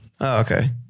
okay